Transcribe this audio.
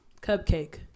Cupcake